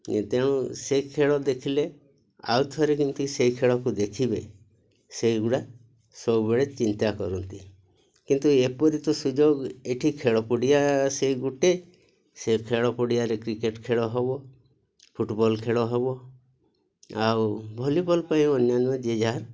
ତେଣୁ ସେ ଖେଳ ଦେଖିଲେ ଆଉ ଥରେ କେମିତି ସେହି ଖେଳକୁ ଦେଖିବେ ସେଇଗୁଡ଼ା ସବୁବେଳେ ଚିନ୍ତା କରନ୍ତି କିନ୍ତୁ ଏପରି ତ ସୁଯୋଗ ଏଠି ଖେଳ ପଡ଼ିଆ ସେ ଗୋଟିଏ ସେ ଖେଳ ପଡ଼ିଆରେ କ୍ରିକେଟ୍ ଖେଳ ହେବ ଫୁଟବଲ୍ ଖେଳ ହେବ ଆଉ ଭଲିବଲ୍ ପାଇଁ ଅନ୍ୟାନ୍ୟ ଯିଏ ଯାହାର